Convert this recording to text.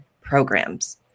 programs